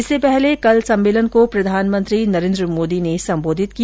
इससे पहले कल सम्मेलन को प्रधानमंत्री नरेन्द्र मोदी ने संबोधित किया